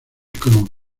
como